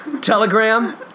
Telegram